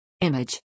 Image